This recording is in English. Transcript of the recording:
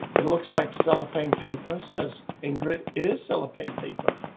it looks like cellophane paper says ingrid, it is cellophane paper.